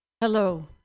hello